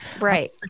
right